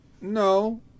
no